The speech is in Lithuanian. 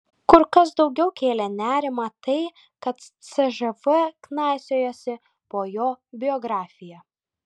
kur kas daugiau kėlė nerimą tai kad cžv knaisiojasi po jo biografiją